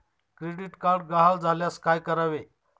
Credit card गहाळ झाल्यास काय करावे?